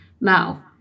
Now